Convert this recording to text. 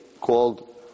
called